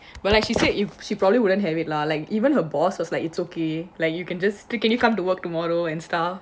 but like she said if she probably wouldn't have it lah like even her boss was like it's okay like you can just quickly come to work tomorrow and style